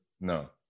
no